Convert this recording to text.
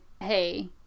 hey